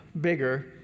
bigger